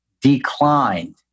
declined